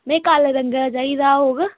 में काले रंगै दा चाहिदा होग